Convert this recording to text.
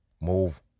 move